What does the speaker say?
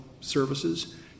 services